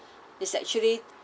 it's actually